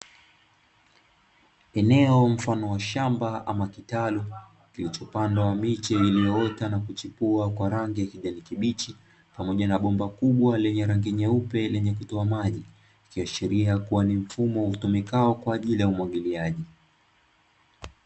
Eneo mfano wa shamba ama kitalu, kilichopandwa miche iliyoota na kuchipua kwa rangi ya kijani kibichi pamoja na bomba kubwa lenye rangi nyeupe lenye kutoa maji, ikiashiria kuwa ni mfumo utumikao kwa ajili ya umwagiliaji.